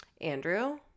Andrew